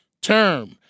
term